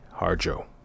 Harjo